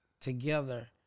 together